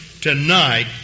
tonight